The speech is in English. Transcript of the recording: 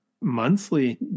monthly